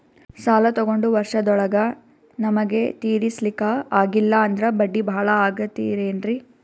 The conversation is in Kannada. ಸಾಲ ತೊಗೊಂಡು ವರ್ಷದೋಳಗ ನಮಗೆ ತೀರಿಸ್ಲಿಕಾ ಆಗಿಲ್ಲಾ ಅಂದ್ರ ಬಡ್ಡಿ ಬಹಳಾ ಆಗತಿರೆನ್ರಿ?